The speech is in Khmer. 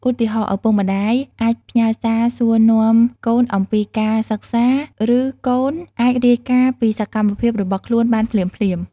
ឧទាហរណ៍ ឪពុកម្ដាយអាចផ្ញើសារសួរនាំកូនអំពីការសិក្សា ឬកូនអាចរាយការណ៍ពីសកម្មភាពរបស់ខ្លួនបានភ្លាមៗ។